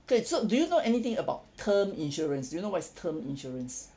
okay so do you know anything about term insurance do you know what is term insurance